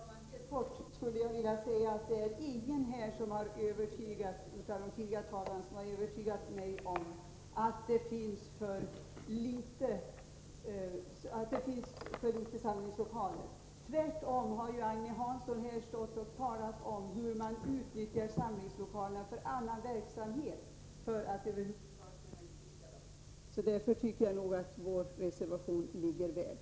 Herr talman! Helt kort skulle jag vilja säga att det inte är någon av de tidigare talarna här som har övertygat mig om att det finns för få samlingslokaler. Tvärtom har ju Agne Hansson stått här och talat om hur man utnyttjar samlingslokalerna för annan verksamhet för att över huvud taget kunna utnyttja dem. Därför tycker jag att vår reservation är befogad.